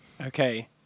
Okay